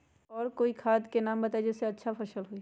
और कोइ खाद के नाम बताई जेसे अच्छा फसल होई?